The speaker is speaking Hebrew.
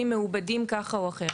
מטר.